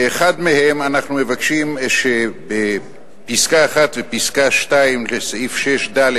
באחד מהם אנחנו מבקשים שפסקה (1) ופסקה (2) של סעיף 6(ד),